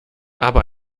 aber